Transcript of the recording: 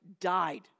died